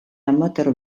amateur